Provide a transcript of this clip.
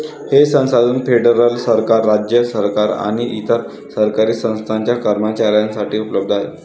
हे संसाधन फेडरल सरकार, राज्य सरकारे आणि इतर सरकारी संस्थांच्या कर्मचाऱ्यांसाठी उपलब्ध आहे